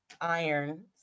iron